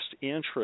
interest